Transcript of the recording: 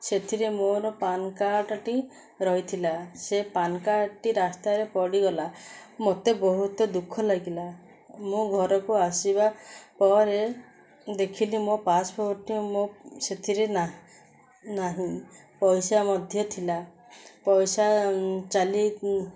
ସେଥିରେ ମୋର ପ୍ୟାନ୍ କାର୍ଡ଼ଟି ରହିଥିଲା ସେ ପ୍ୟାନ୍ କାର୍ଡ଼ଟି ରାସ୍ତାରେ ପଡ଼ିଗଲା ମତେ ବହୁତ ଦୁଃଖ ଲାଗିଲା ମୁଁ ଘରକୁ ଆସିବା ପରେ ଦେଖିଲି ମୋ ପାସ୍ପୋର୍ଟଟି ମୋ ସେଥିରେ ନାହିଁ ପଇସା ମଧ୍ୟ ଥିଲା ପଇସା ଚାଲି